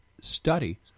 study